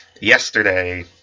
yesterday